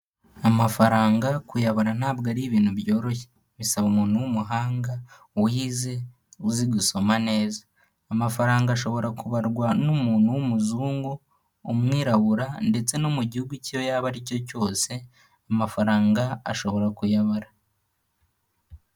Amafaranga, kuyabara ntabwo ari ibintu byoroshye, bisaba umuntu w'umuhanga, wize, uzi gusoma neza, amafaranga ashobora kubarwa n'umuntu w'umuzungu, umwirabura, ndetse no mu gihugu icyo yaba ari cyo cyose, amafaranga ashobora kuyabara.